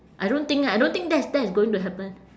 I don't think I don't think that is that is going to happen